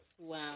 Wow